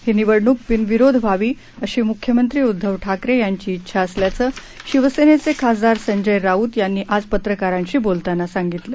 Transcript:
ही निवडणूक बिनविरोध व्हावी अशी मुख्यमंत्री उद्धव ठाकरे यांची क्विंडा असल्याचं शिवसेनेचे खासदार संजय राऊत यांनी आज पत्रकारांशी बोलताना सांगितलं